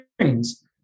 screens